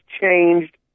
changed